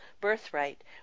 birthright